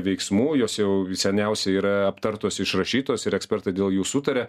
veiksmų jos jau seniausiai yra aptartos išrašytos ir ekspertai dėl jų sutaria